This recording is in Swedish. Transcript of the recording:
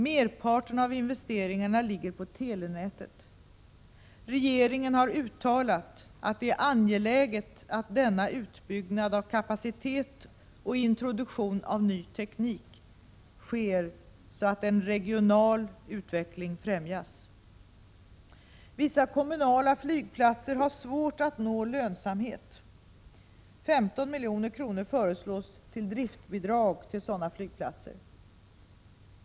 Merparten av investeringarna ligger på telenätet. Regeringen har uttalat att det är angeläget att denna utbyggnad av kapacitet och introduktion av ny teknik sker så att en regional utveckling främjas. Vissa kommunala flygplatser har svårt att nå lönsamhet. 15 milj.kr. föreslås till driftbidrag till sådana flygplatser.